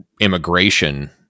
immigration